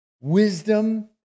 wisdom